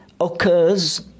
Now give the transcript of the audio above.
occurs